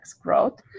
growth